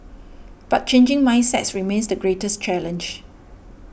but changing mindsets remains the greatest challenge